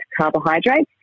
carbohydrates